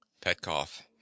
Petkoff